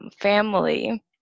family